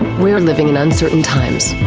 we're living in uncertain times.